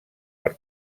per